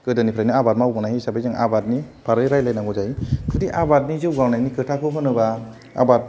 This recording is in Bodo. गोदोनिफ्रायनो आबाद मावबोनाय हिसाबै जों आबादनि बागै रायलायनांगौ जायो जुदि आबादनि जौगानायनि खोथाखौ होनोबा आबाद